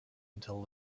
until